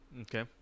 Okay